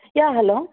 yeah hello